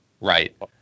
Right